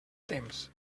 temps